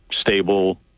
stable